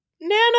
Nana